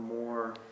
more